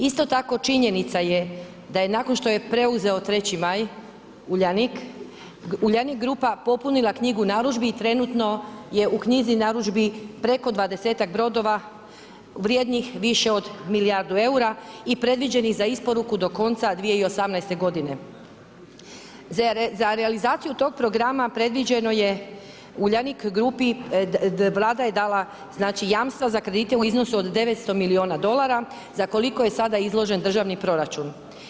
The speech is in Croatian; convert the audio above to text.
Isto tako činjenica je da nakon što je preuzeo 3.maj Uljanik grupa popunila knjigu narudžbi i trenutno je u knjizi narudžbi preko 20-tak brodova vrijednih više od milijardu eura i predviđenih za isporuku do konca 2018. g. Za realizaciju tog programa predviđeno je Uljanik Grupi, Vlada je dala jamstva za kredite u iznosu od 900 milijuna dolara, za koliko je sada izložen državni proračun.